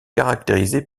caractérisée